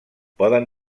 poden